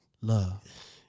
love